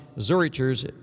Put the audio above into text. Zurichers